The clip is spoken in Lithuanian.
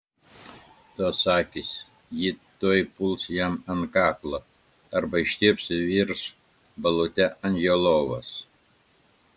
tos akys ji tuoj puls jam ant kaklo arba ištirps ir virs balute ant jo lovos